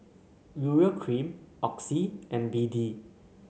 Urea Cream Oxy and B D